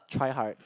try hard